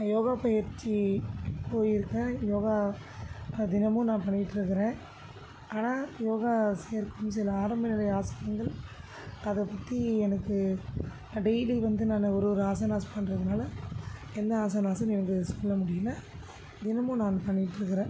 யோகா பயிற்சி போயிருக்கேன் யோகா தினமும் நான் பண்ணிட்டுருக்குறேன் ஆனால் யோகா ஆசிரியர் ஆரம்ப நிலைய ஆசிரியர்கள் அதை பற்றி எனக்கு டெய்லி வந்து நான் ஒரு ஒரு ஆசனாஸ் பண்ணுறதுனால எந்த ஆசனாஸ்ன்னு எனக்கு சொல்ல முடியல தினமும் நான் பண்ணிட்டுருக்குறேன்